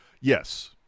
Yes